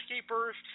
keepers